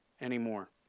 anymore